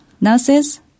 nurses